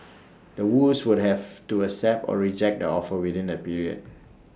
The Woos would have to accept or reject the offer within that period